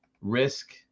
risk